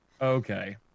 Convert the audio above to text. okay